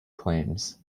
claims